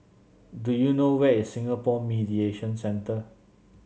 do you know where is Singapore Mediation Centre